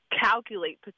calculate